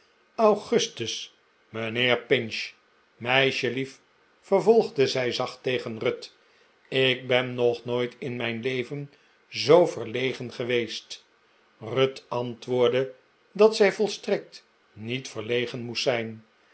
augustus mijnheer pinch meisjelief vervolgde zij zacht tegen ruth ik ben nog nooit in mijn leven zoo verlegen geweest ruth antwoordde dat zij volstrekt niet verlegen moest zijn